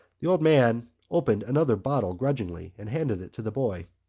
the old man opened another bottle grudgingly, and handed it to the boy.